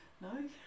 No